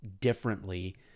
differently